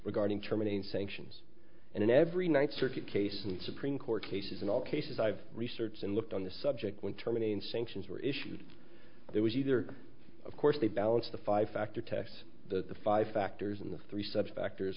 regarding terminating sanctions and in every ninth circuit case and supreme court cases in all cases i've researched and looked on the subject when terminating sanctions were issued there was either of course they balance the five factor tax the five factors in the three subsectors